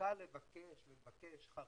קל לבקש ולבקש 'חרדים,